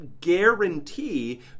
guarantee